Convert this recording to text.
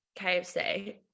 KFC